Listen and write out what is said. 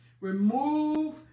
Remove